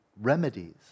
remedies